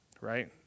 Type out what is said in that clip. right